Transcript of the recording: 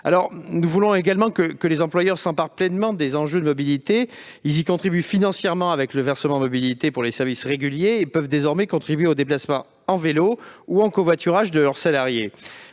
Nous voulons également que les employeurs s'emparent pleinement des enjeux de mobilité. Ils y contribuent financièrement avec le versement mobilité pour les services réguliers et peuvent désormais contribuer aux déplacements à vélo ou en covoiturage de leurs salariés.